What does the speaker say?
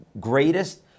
greatest